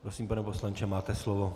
Prosím, pane poslanče, máte slovo.